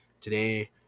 today